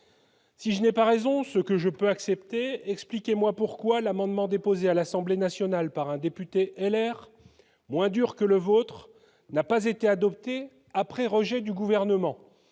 si je n'ai pas raison, ce que je peux accepter, expliquez-moi pourquoi l'amendement déposé à l'Assemblée nationale par un député LR moins dur que le vôtre n'a pas été adopté après rejet du gouvernement